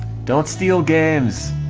don't steal games